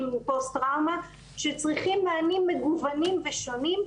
עם פוסט-טראומה שצריכים מענים מגוונים ושונים,